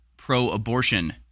pro-abortion